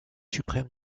suprême